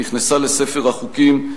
נכנסה לספר החוקים,